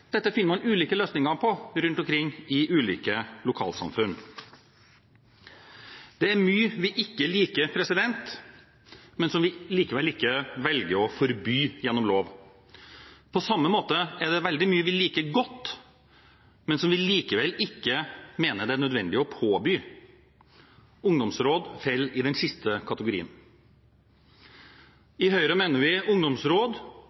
Dette finner man ulike løsninger på rundt omkring i ulike lokalsamfunn. Det er mye vi ikke liker, men som vi likevel ikke velger å forby gjennom lov. På samme måte er det veldig mye vi liker godt, men som vi likevel ikke mener det er nødvendig å påby. Ungdomsråd faller i den siste kategorien. I Høyre mener vi at ungdomsråd